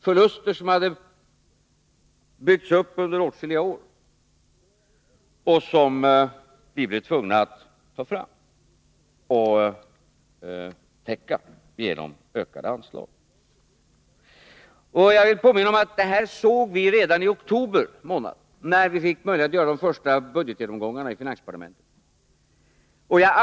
Det handlade om förluster som byggts upp under åtskilliga år och som vi blev tvungna att ta fram och täcka genom ökade anslag. Jag vill påminna om att vi såg hur det förhöll sig redan i början av oktober månad, när vi fick möjlighet att göra de första budgetgenomgångarna i finansdepartementet.